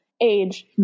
age